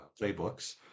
playbooks